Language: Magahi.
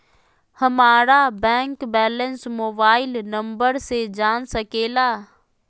हमारा बैंक बैलेंस मोबाइल नंबर से जान सके ला?